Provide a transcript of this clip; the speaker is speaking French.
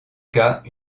cas